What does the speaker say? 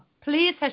Please